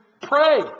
pray